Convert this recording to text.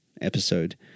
episode